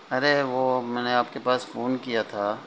ارے وہ میں نے آپ کے پاس فون کیا تھا